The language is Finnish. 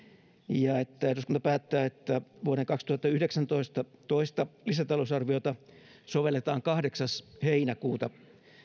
ja että eduskunta päättää että vuoden kaksituhattayhdeksäntoista toista lisätalousarviota sovelletaan kahdeksas heinäkuuta